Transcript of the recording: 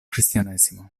cristianesimo